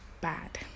bad